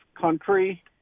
country